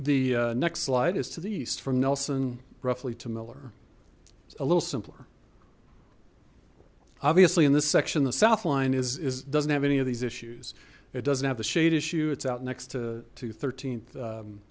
the next slide is to the east from nelson roughly to miller a little simpler obviously in this section the south line is is doesn't have any of these issues it doesn't have the shade issue it's out next to to th